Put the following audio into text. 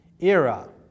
era